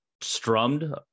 strummed